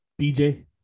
BJ